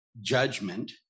judgment